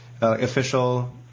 official